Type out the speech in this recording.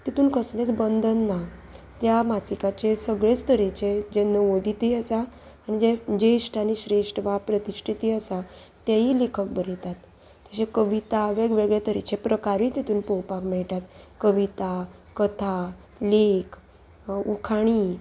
तितून कसलेंच बंदन ना त्या मासिकाचे सगळेच तरेचे जे नवोदिती आसा आनी जे जेश्ठ आनी श्रेश्ठ वा प्रतिश्ठीती आसा तेय लेखक बरयतात तशें कविता वेगवेगळे तरेचे प्रकारूय तितून पळोवपाक मेळटात कविता कथा लेख उखाणी